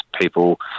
people